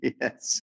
Yes